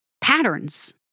patterns